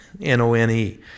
N-O-N-E